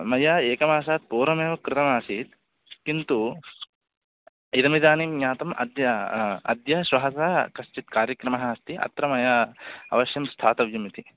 मया एकमासात् पूर्वमेव कृतमासीत् किन्तू इदमिदानीं ज्ञातम् अद्य अद्य श्वः च कश्चित् कार्यक्रमः अस्ति अत्र मया अवश्यं स्थातव्यम् इति